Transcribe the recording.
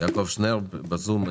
יעקב שנהב בזום.